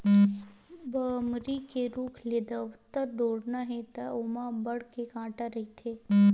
बमरी के रूख ले दतवत टोरना हे त ओमा अब्बड़ के कांटा रहिथे